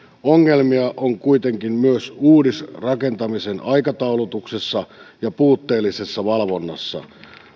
ongelmia on kuitenkin myös uudisrakentamisen aikataulutuksessa ja puutteellisessa valvonnassa